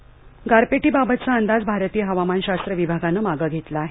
हवामानः गारपीटीबाबतचा अंदाज भारतीय हवामानशास्त्र विभागानं मागं घेतला आहे